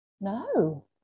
no